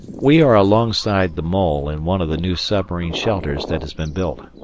we are alongside the mole in one of the new submarine shelters that has been built.